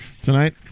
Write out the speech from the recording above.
Tonight